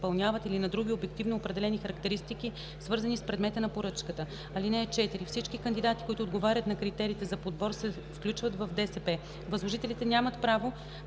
или на други обективно определени характеристики, свързани с предмета на поръчката. (4) Всички кандидати, които отговарят на критериите за подбор, се включват в ДСП. Възложителите нямат право